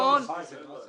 זה 1.5